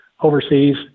overseas